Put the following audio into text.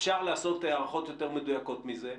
אפשר לעשות הערכות יותר מדויקות מזה.